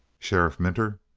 sheriff minter,